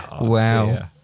Wow